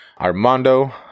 Armando